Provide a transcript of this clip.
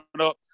up